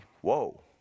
Whoa